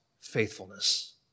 faithfulness